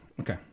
Okay